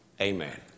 Amen